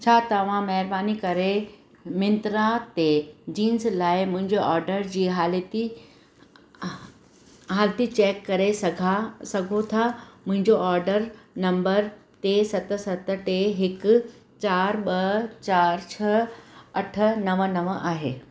छा तव्हां महिरबानी करे मिंत्रा ते जींस लाइ मुंहिंजे आडर जी हालती हालती चैक करे सघां सघो था मुंहिंजो आडर नंबर टे सत सत टे हिकु चारि ॿ चारि छह अठ नव नव आहे